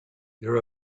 there